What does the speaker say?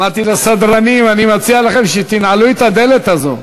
אמרתי לסדרנים, אני מציע לכם שתנעלו את הדלת הזו.